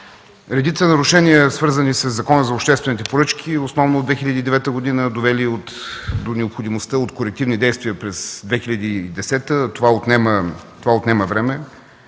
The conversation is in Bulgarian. Редица нарушения, свързани със Закона за обществените поръчки, основно от 2009 г., довели до необходимостта от корективни действия през 2010 г. – това отнема време.